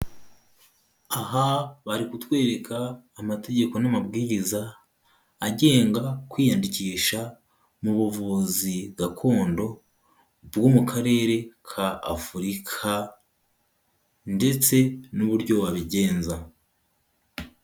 Aha bari kutwereka amategeko n'amabwiriza, agenga kwiyandikisha mu buvuzi gakondo, bwo mu karere ka Afurika, ndetse n'uburyo wabigenza.